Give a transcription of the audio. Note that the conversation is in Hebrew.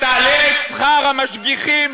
ותעלה את שכר המשגיחים